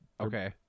Okay